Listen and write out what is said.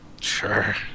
Sure